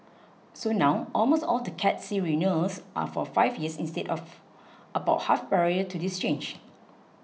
so now almost all the Cat C renewals are for five years instead of about half prior to this change